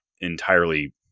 entirely